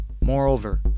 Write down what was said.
Moreover